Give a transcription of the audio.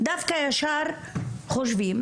ישר חושבים.